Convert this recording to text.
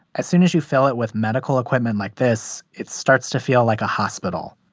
as soon as you fill it with medical equipment like this, it starts to feel like a hospital.